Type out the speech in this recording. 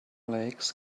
legs